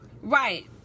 Right